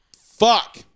fuck